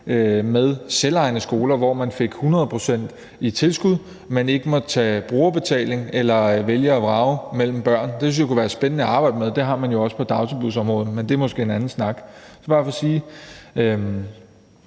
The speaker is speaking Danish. med selvejende skoler, hvor man fik 100 pct. i tilskud, men hvor man ikke måtte tage brugerbetaling eller vælge og vrage mellem børn. Det synes jeg kunne være spændende at arbejde med, og det har man jo også på dagtilbudsområdet. Men det er måske en anden snak. Det er bare for at sige,